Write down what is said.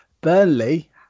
Burnley